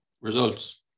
Results